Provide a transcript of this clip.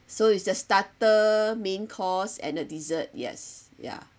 so it's just starter main course and the dessert yes ya